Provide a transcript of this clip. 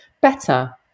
better